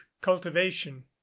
cultivation